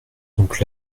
donc